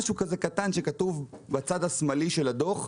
משהו כזה קטן שכתוב בצד השמאלי של הדוח.